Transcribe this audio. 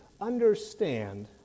understand